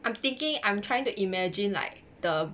I'm thinking I'm trying to imagine like the